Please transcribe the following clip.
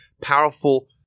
powerful